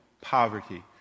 poverty